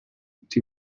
tutti